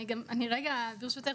ברשותך,